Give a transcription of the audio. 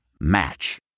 Match